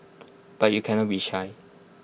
but you cannot be shy